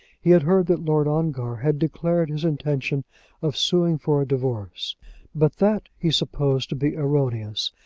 he had heard that lord ongar had declared his intention of suing for a divorce but that he supposed to be erroneous,